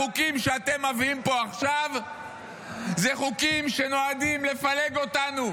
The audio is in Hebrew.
החוקים שאתם מביאים פה עכשיו אלה חוקים שנועדים לפלג אותנו,